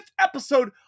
episode